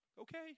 okay